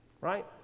Right